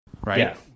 right